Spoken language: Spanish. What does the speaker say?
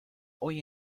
hoy